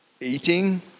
Eating